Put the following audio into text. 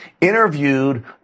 interviewed